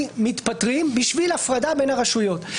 מתפטרים בשביל הפרדה בין הרשויות.